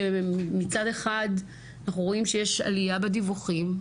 מצד אחד אנחנו רואים שיש עלייה בדיווחים,